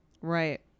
right